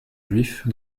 juifs